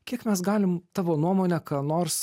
kiek mes galim tavo nuomone ką nors